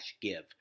give